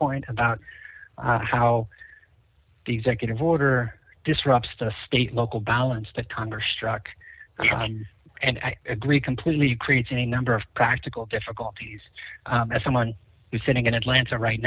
point about how the executive order disrupts the state local balance that congress struck and i agree completely it creates a number of practical difficulties as someone who's sitting in atlanta right